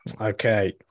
Okay